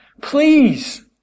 please